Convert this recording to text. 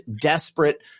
desperate